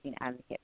advocate